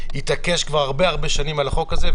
שהתעקש כבר הרבה שנים על החוק הזה,